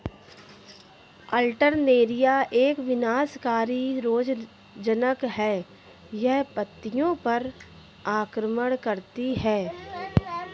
Alternaria एक विनाशकारी रोगज़नक़ है, यह पत्तियों पर आक्रमण करती है